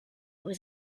was